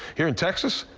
here in texas,